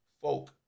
folk